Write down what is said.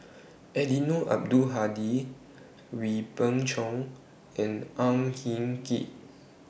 Eddino Abdul Hadi Wee Beng Chong and Ang Hin Kee